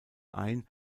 ein